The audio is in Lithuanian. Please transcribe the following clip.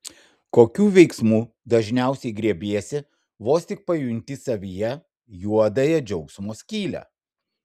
kokių veiksmų dažniausiai griebiesi vos tik pajunti savyje juodąją džiaugsmo skylę